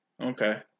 Okay